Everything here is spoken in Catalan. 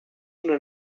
una